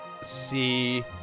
see